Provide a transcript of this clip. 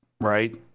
right